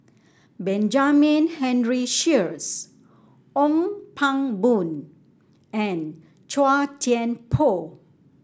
Benjamin Henry Sheares Ong Pang Boon and Chua Thian Poh